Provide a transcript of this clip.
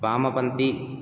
वामपन्ती